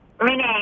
Renee